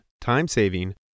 time-saving